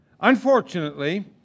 Unfortunately